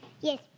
Yes